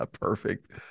Perfect